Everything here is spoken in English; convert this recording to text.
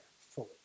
fully